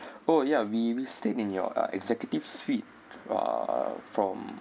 oh ya we we stayed in your uh executive suite uh from